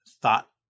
thought